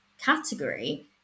category